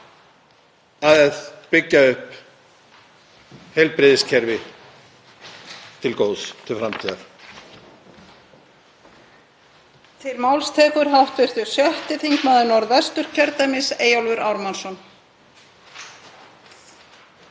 að byggja upp heilbrigðiskerfi til góðs, til framtíðar.